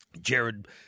Jared